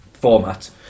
format